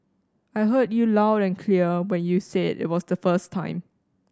I heard you loud and clear when you said it was the first time